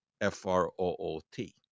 f-r-o-o-t